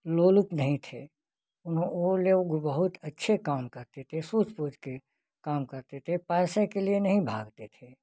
लोलुप नहीं थे उन्हों ओ लोग बहुत अच्छे काम करते थे सूझबूझ से काम करते थे पैसे के लिए नहीं भागते थे